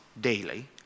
daily